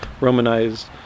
Romanized